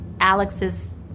Alex's